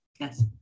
Yes